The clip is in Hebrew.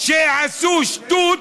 שעשו שטות,